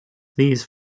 these